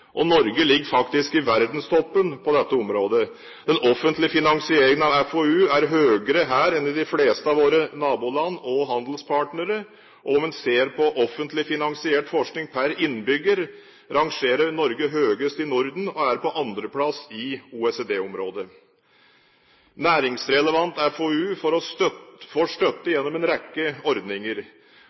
utvikling. Norge ligger faktisk i verdenstoppen på dette området. Den offentlige finansieringen av FoU er høyere her enn i de fleste av våre naboland og hos våre handelspartnere. Om en ser på offentlig finansiert forskning per innbygger, rangerer Norge høyest i Norden og er på andreplass i OECD-området. Næringsrelevant FoU får støtte gjennom en rekke ordninger.